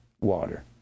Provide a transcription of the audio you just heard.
water